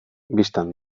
bistan